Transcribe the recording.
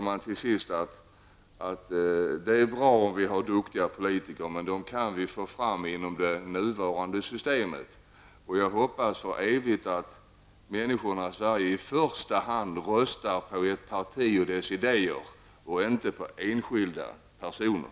Jag tror, fru talman, att det är bra om vi har duktiga politiker. Men sådana kan vi få fram med det nuvarande systemet. Jag hoppas verkligen att människorna i Sverige i första hand röstar på ett parti och dess idéer och inte på enskilda personer.